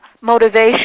motivation